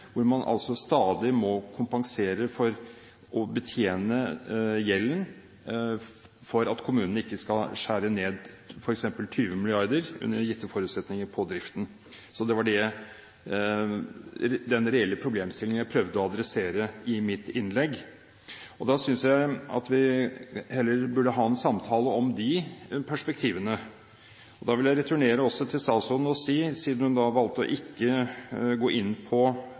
hvor man stadig må kompensere for å betjene gjelden for at kommunen ikke skal måtte skjære ned f.eks. 20 mrd. kr på driften, under gitte forutsetninger. Det var den reelle problemstillingen som jeg prøvde å adressere i mitt innlegg, og da synes jeg at vi heller burde ha en samtale om de perspektivene. Jeg vil returnere til statsråden – siden hun valgte å ikke gå inn på